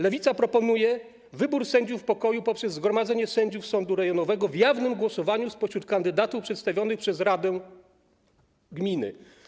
Lewica proponuje wybór sędziów pokoju poprzez zgromadzenie sędziów sądu rejonowego w jawnym głosowaniu spośród kandydatów przedstawionych przez radę gminy.